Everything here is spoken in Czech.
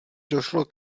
došlo